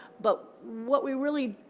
but what we really,